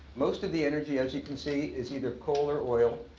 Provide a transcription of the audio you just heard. most of the energy, as you can see, is either coal or oil.